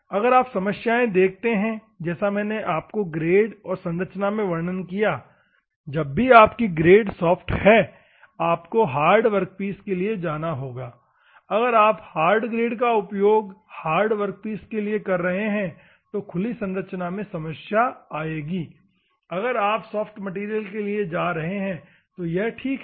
अगर आप समस्याएं देखते हैं जैसा मैंने आपको ग्रेड और संरचना में वर्णन किया जब भी आपकी ग्रेड सॉफ्ट है और आपको हार्ड वर्कपीस के लिए जाना है अगर आप हार्ड ग्रेड का उपयोग हार्ड वर्कपीस के लिए कर रहे हैं तो खुली संरचना में समस्या आएगी अगर आप सॉफ्ट मैटेरियल के लिए जा रहे हैं तो यह ठीक है